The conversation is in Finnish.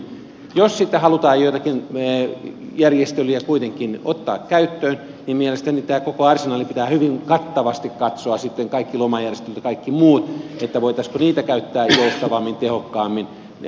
jos sitten halutaan joitakin järjestelyjä kuitenkin ottaa käyttöön niin mielestäni tämä koko arsenaali pitää hyvin kattavasti katsoa kaikki lomajärjestelyt ja kaikki muu voitaisiinko niitä käyttää joustavammin tehokkaammin näissä sijaistapauksissa